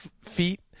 feet